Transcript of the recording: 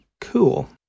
Cool